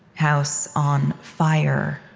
house on fire.